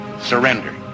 Surrender